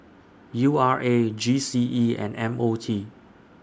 U R A G C E and M O T